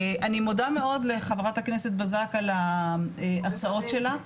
אני מודה מאוד לחברת הכנסת בזק על ההצעות שלה,